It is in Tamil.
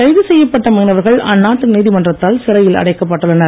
கைது செய்யப்பட்ட மீனவர்கள் அந்நாட்டு நீதிமன்றத்தால் சிறையில் அடைக்கப்பட்டுள்ளனர்